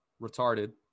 retarded